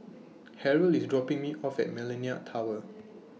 Harrold IS dropping Me off At Millenia Tower